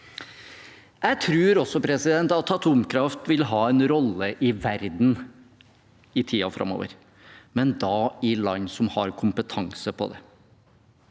Jeg tror også at atomkraft vil ha en rolle i verden i tiden framover, men da i land som har kompetanse på det.